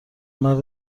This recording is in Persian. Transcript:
مرد